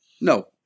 no